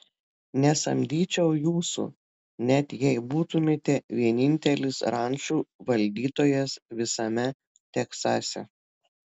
nesamdyčiau jūsų net jei būtumėte vienintelis rančų valdytojas visame teksase